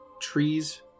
trees